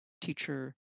teacher